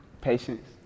Patience